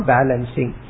Balancing